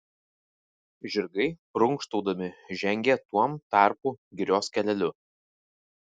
žirgai prunkštaudami žengė tuom tarpu girios keleliu